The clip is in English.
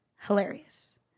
hilarious